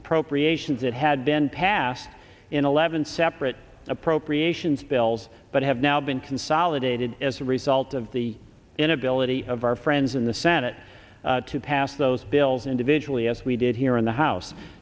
appropriations that had been passed in eleven separate appropriations bills but have now been consolidated as a result of the inability of our friends in the senate to pass those bills individually as we did here in the house